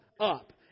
up